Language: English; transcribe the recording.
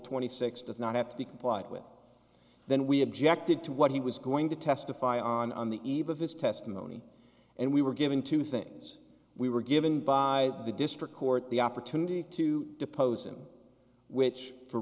twenty six does not have to be complied with then we objected to what he was going to testify on on the eve of his testimony and we were given two things we were given by the district court the opportunity to depose him which for